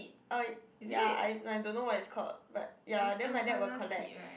uh ya I no I don't know what it's called but ya then my dad will collect